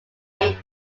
eye